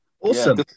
awesome